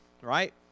right